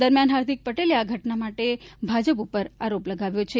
દરમિયાન હાર્દિક પટેલે આ ઘટના માટે ભાજપ ઉપર આરોપ લગાવ્યો છે